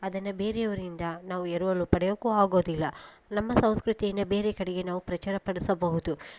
ಅದನ್ನು ಬೇರೆಯವರಿಂದ ನಾವು ಎರವಲು ಪಡೆಯೋಕ್ಕೂ ಆಗೋದಿಲ್ಲ ನಮ್ಮ ಸಂಸ್ಕೃತಿಯನ್ನು ಬೇರೆ ಕಡೆಗೆ ನಾವು ಪ್ರಚಾರ ಪಡಿಸಬಹುದು